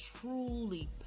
truly